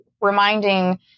reminding